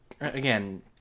again